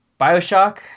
Bioshock